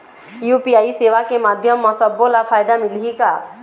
UPI सेवा के माध्यम म सब्बो ला फायदा मिलही का?